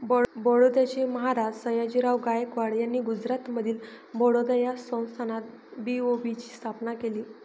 बडोद्याचे महाराज सयाजीराव गायकवाड यांनी गुजरातमधील बडोदा या संस्थानात बी.ओ.बी ची स्थापना केली